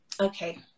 okay